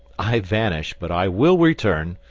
i vanish, but i will return.